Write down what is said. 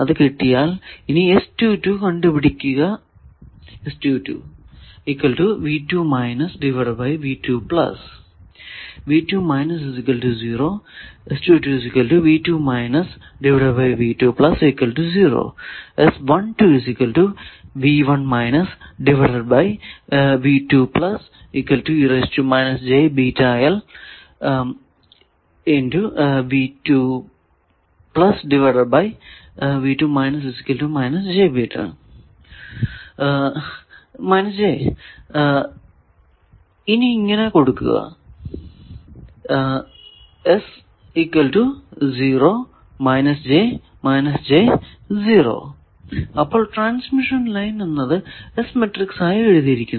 അത് കിട്ടിയാൽ ഇനി കണ്ടു പിടിക്കുക ഇനി ഇങ്ങനെ കൊടുക്കുക അപ്പോൾ ട്രാൻസ്മിഷൻ ലൈൻ എന്നത് S മാട്രിക്സ് ആയി എഴുതിയിരിക്കുന്നു